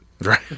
Right